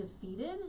defeated